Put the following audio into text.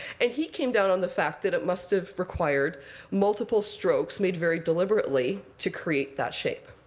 and he came down on the fact that it must have required multiple strokes, made very deliberately, to create that shape.